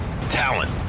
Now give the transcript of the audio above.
talent